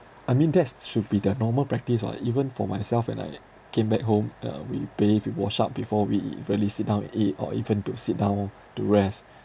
I mean that s~ should be the normal practice [what] even for myself when I came back home uh we bathe we wash up before we really sit down and eat or even to sit down to rest